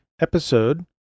episode